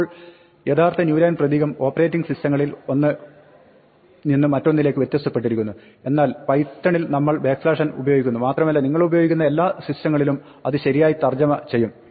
ഇപ്പോൾ യഥാർത്ഥ new line പ്രതീകം ഓപ്പറേറ്റിംഗ് സിസ്റ്റങ്ങളിൽ ഒന്നിൽ നിന്ന് മറ്റൊന്നിലേക്ക് വ്യത്യസ്തപ്പെട്ടിരിക്കുന്നു എന്നാൽ പൈത്തണിൽ നമ്മൾ n ഉപയോഗിക്കുന്നു മാത്രമല്ല നിങ്ങളുപയോഗിക്കുന്ന എല്ലാ സിസ്റ്റങ്ങളിലും അത് ശരിയായി തർജ്ജമ ചെയ്യും